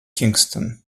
kingston